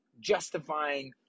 justifying